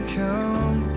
come